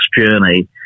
journey